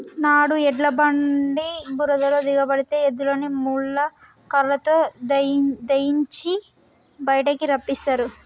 నాడు ఎడ్ల బండి బురదలో దిగబడితే ఎద్దులని ముళ్ళ కర్రతో దయియించి బయటికి రప్పిస్తారు